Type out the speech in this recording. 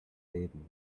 reden